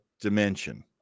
dimension